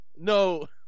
No